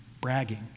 bragging